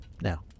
Now